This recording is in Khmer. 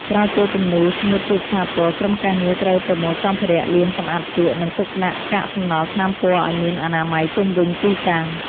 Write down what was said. ក្រោយពេលគំនូរស្ងួតជាស្ថាពរ ក្រុមការងារត្រូវប្រមូលសម្ភារៈ លាងសម្អាតជក់ និងទុកដាក់កាកសំណល់ថ្នាំពណ៌ឱ្យមានអនាម័យជុំវិញទីតាំង។